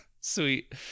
Sweet